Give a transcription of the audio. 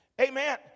Amen